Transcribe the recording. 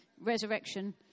resurrection